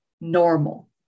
normal